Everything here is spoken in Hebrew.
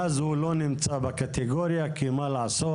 ואז הוא לא נמצא בקטגוריה כי הוא לא שם.